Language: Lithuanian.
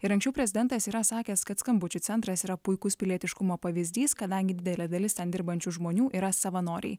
ir anksčiau prezidentas yra sakęs kad skambučių centras yra puikus pilietiškumo pavyzdys kadangi didelė dalis ten dirbančių žmonių yra savanoriai